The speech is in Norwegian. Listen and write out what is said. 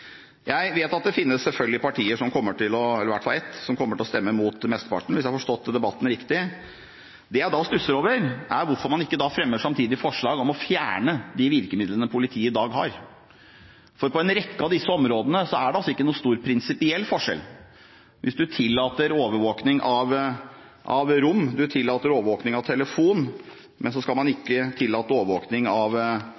Jeg vet selvfølgelig at det finnes partier – i hvert fall ett – som kommer til å stemme mot mesteparten, hvis jeg har forstått debatten riktig. Det jeg stusser over, er hvorfor man ikke da samtidig fremmer forslag om å fjerne de virkemidlene politiet i dag har, for på en rekke av disse områdene er det ingen stor prinsipiell forskjell. Man tillater overvåkning av rom og tillater overvåkning av telefon, mens man